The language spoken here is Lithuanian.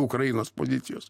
ukrainos pozicijos